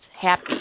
happy